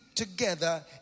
Together